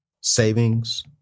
savings